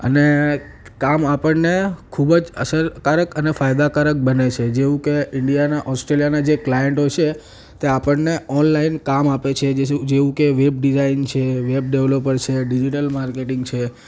અને કામ આપણને ખૂબ જ અસરકારક અને ફાયદાકારક બને છે જેવુ કે ઇન્ડિયાના ઓસ્ટ્રેલિયાના ક્લાઈન્ટો છે તે આપણને ઓનલાઈન કામ આપે છે જેવુ કે વેબ ડિઝાઇન છે વેબ ડેવેલોપર છે ડિજિટલ માર્કેટિંગ છે